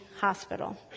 hospital